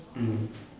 mm